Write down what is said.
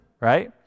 right